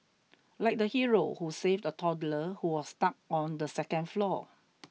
like the hero who saved a toddler who was stuck on the second floor